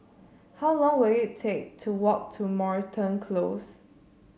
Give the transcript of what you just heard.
how long will it take to walk to Moreton Close